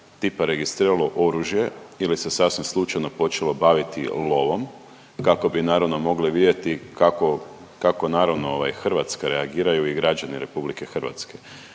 tipa registriralo oružje ili se sasvim slučajno počelo baviti lovom kako bi naravno mogli vidjeti kako, kako naravno ovaj Hrvatska reagiraju i građani RH.